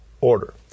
order